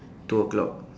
two o'clock